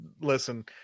listen